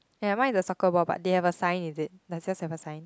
ya my is a soccer ball but they have a sign is it does yours have a sign